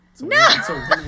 no